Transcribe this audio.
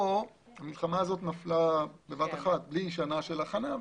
פה המלחמה הזאת נפלה בבת אחת, בלי שנה של הכנה.